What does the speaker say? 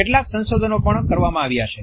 કેટલાક સંશોધનો પણ કરવામાં આવ્યા છે